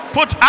Put